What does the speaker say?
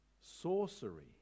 Sorcery